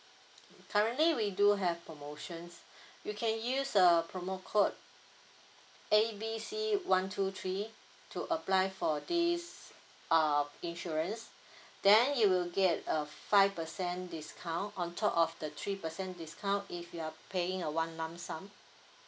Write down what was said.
currently we do have promotions you can use a promo code A B C one two three to apply for this err insurance then you will get a five percent discount on top of the three percent discount if you're paying a one lump sum